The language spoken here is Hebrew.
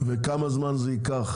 וכמה זמן זה ייקח